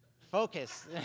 Focus